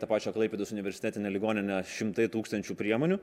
tą pačią klaipėdos universitetinę ligoninę šimtai tūkstančių priemonių